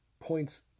points